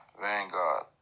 vanguard